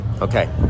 Okay